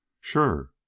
Sure